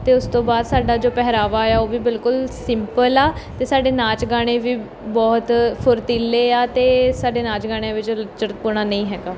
ਤੇ ਉਸ ਤੋਂ ਬਾਅਦ ਸਾਡਾ ਜੋ ਪਹਿਰਾਵਾ ਏ ਆ ਉਹ ਵੀ ਬਿਲਕੁਲ ਸਿੰਪਲ ਆ ਅਤੇ ਸਾਡੇ ਨਾਚ ਗਾਣੇ ਵੀ ਬਹੁਤ ਫੁਰਤੀਲੇ ਆ ਅਤੇ ਸਾਡੇ ਨਾਚ ਗਾਣਿਆਂ ਵਿੱਚ ਲੁੱਚੜਪੁਣਾ ਨਹੀਂ ਹੈਗਾ